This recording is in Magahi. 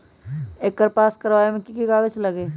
एकर पास करवावे मे की की कागज लगी?